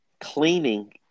cleaning